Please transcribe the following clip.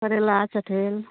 करैला चठैल